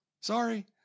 Sorry